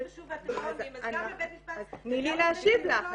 ושוב ואתם לא עונים אז גם בבית משפט --- תני לי להשיב לך,